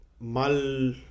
mal